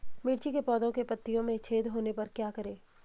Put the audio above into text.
मिर्ची के पौधों के पत्तियों में छेद होने पर क्या करें?